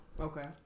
Okay